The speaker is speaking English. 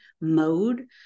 mode